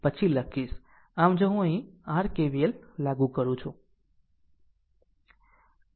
આમ જો અહીં r KVLલાગુ કરો